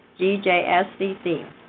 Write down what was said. GJSCC